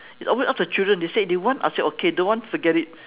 it's always up to children they say they want I say okay don't want forget it